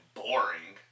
boring